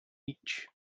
each